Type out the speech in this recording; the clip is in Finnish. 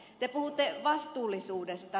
te puhutte vastuullisuudesta